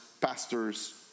pastors